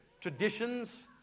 Traditions